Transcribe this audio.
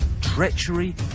treachery